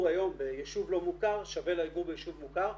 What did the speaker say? היום ביישוב לא מוכר שווה לגור ביישוב מוכר,